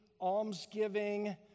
almsgiving